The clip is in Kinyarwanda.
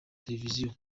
televiziyo